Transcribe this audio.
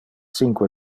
cinque